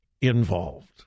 Involved